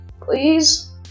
Please